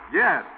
yes